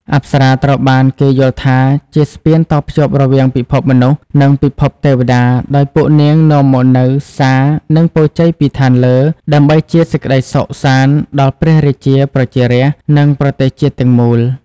អប្សរាត្រូវបានគេយល់ថាជា ស្ពានតភ្ជាប់រវាងពិភពមនុស្ស និងពិភពទេពតា ដោយពួកនាងនាំមកនូវសារ និងពរជ័យពីឋានលើ ដើម្បីជាសេចក្ដីសុខសាន្តដល់ព្រះរាជា ប្រជារាស្ត្រ និងប្រទេសជាតិទាំងមូល។